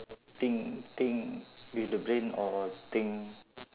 think think with the brain or thing